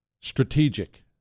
Strategic